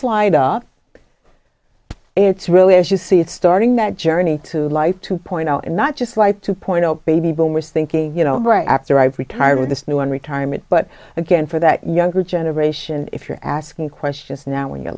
up it's really as you see it's starting that journey to life to point out and not just live two point zero baby boomers thinking you know right after i retire this new one retirement but again for that younger generation if you're asking questions now when your